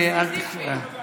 ואל תפריע.